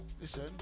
listen